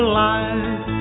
life